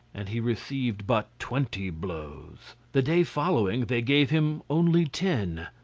and he received but twenty blows. the day following they gave him only ten,